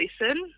listen